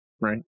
right